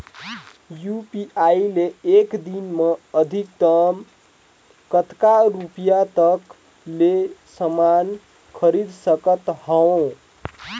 UPI ले एक दिन म अधिकतम कतका रुपिया तक ले समान खरीद सकत हवं?